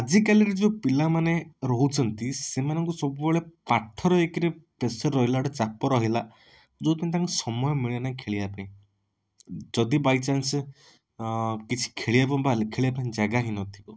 ଆଜିକାଲି ଯେଉଁ ପିଲାମାନେ ରହୁଛନ୍ତି ସେମାନଙ୍କୁ ସବୁବେଳେ ପାଠର ଏକେରେ ପ୍ରେସର ର ରହିଲା ଗୋଟେ ଚାପ ରହିଲା ଯେଉଁଥି ପାଇଁ ତାଙ୍କୁ ସମୟ ମିଳେନି ଖେଳିବା ପାଇଁ ଯଦି ବାଇଚାନ୍ସ କିଛି ଖେଳାଇବା ପାଇଁ ବାହାରିଲେ ଖେଳିବା ପାଇଁ ଜାଗା ହିଁ ନ ଥିବ